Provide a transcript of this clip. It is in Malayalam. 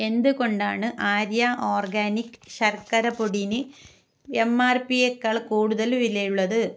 എന്തുകൊണ്ടാണ് ആര്യ ഓർഗാനിക് ശർക്കര പൊടിക്ക് എം ആർ പിയേക്കാൾ കൂടുതൽ വിലയുള്ളത്